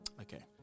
okay